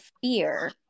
fear